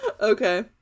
Okay